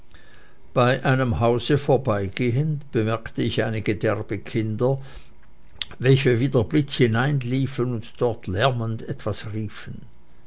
bei einem hause vorbeigehend bemerkte ich einige derbe kinder welche wie der blitz hineinliefen und dort lärmend etwas riefen